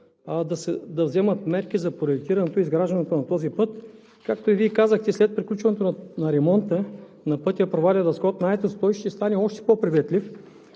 да вземе мерки за проектирането и изграждането на този път. Както и Вие казахте, след приключването на ремонта на пътя Провадия – Дъскотна – Айтос той ще стане още по-приветлив